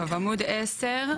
טוב עמוד 10,